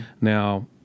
Now